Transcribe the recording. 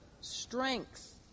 strength